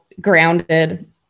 grounded